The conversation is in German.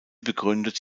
begründet